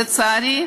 ולצערי,